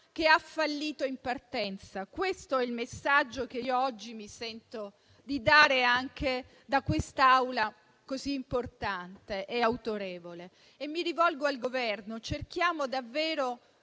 che ha fallito in partenza. È il messaggio che oggi mi sento di dare anche da quest'Aula così importante e autorevole. Mi rivolgo al Governo: cerchiamo davvero